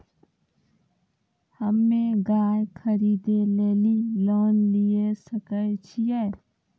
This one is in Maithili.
हम्मे गाय खरीदे लेली लोन लिये सकय छियै?